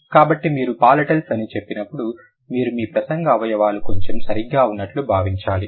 కాబట్టి మీరు పాలటల్స్ అని చెప్పినప్పుడు మీరు మీ ప్రసంగ అవయవాలు కొంచెం సరిగ్గా ఉన్నట్లు భావించాలి